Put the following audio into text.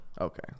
Okay